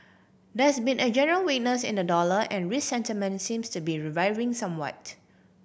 there's been a general weakness in the dollar and risk sentiment seems to be reviving somewhat